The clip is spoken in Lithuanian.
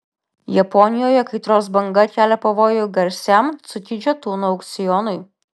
japonijoje kaitros banga kelia pavojų garsiam cukidžio tunų aukcionui